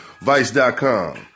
Vice.com